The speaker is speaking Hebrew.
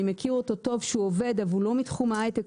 מכיר טוב שהוא עובד אבל הוא לא מתחום ההייטק,